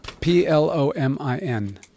P-L-O-M-I-N